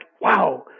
wow